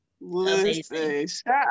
Listen